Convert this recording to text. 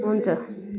हुन्छ